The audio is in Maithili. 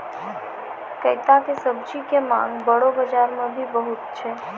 कैता के सब्जी के मांग बड़ो बाजार मॅ भी बहुत छै